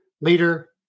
leader